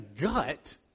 gut